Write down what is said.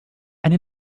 eine